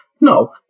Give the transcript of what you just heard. No